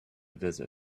visit